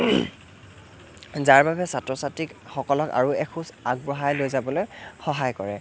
যাৰ বাবে ছাত্ৰ ছাত্ৰীকসকলক আৰু এখোজ আগবঢ়াই লৈ যাবলৈ সহায় কৰে